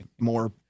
more